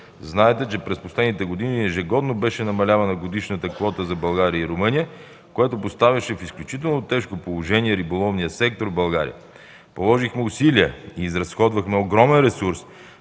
Знаете, че през последните години ежегодно беше намалявана годишната квота за България и Румъния, която поставяше в изключително тежко положение риболовния сектор в България. Положихме усилия, изразходвахме огромен ресурс,